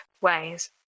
ways